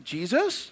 Jesus